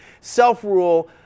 self-rule